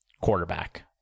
quarterback